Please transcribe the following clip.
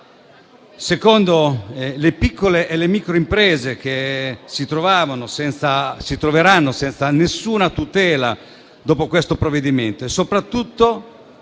luogo, le piccole e le micro imprese, che si troveranno senza alcuna tutela dopo questo provvedimento; e soprattutto